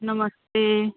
नमस्ते